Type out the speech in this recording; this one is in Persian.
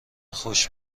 خوش